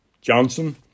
Johnson